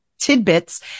tidbits